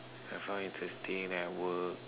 I found interesting then I work